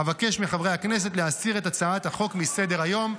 אבקש מחברי הכנסת להסיר את הצעת החוק מסדר-היום.